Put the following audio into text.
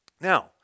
Now